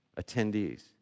attendees